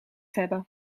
hebben